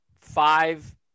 five